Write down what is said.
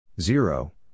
Zero